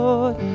Lord